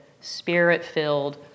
spirit-filled